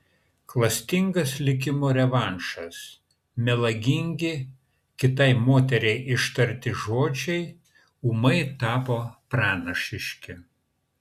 klastingas likimo revanšas melagingi kitai moteriai ištarti žodžiai ūmai tapo pranašiški